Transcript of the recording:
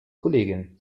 kollegin